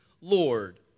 Lord